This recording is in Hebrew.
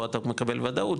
פה אתה מקבל וודאות,